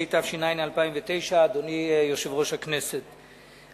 אדוני יושב-ראש הכנסת,